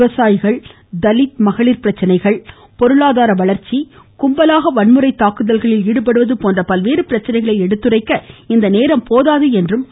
விவசாயிகள் தலித் மகளிர் பிரச்சினைகள் பொருளாதார வளர்ச்சி கும்பலாக வன்முறை தாக்குதல்களில் ஈடுபடுவது போன்ற பல்வேறு பிரச்சினைகளை எடுத்துரைக்க இந்த நேரம் போதாது என்றும் அவர் கூறினார்